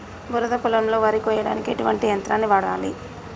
బురద పొలంలో వరి కొయ్యడానికి ఎటువంటి యంత్రాన్ని వాడాలి?